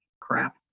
crap